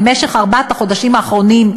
בארבעת החודשים האחרונים,